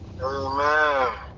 Amen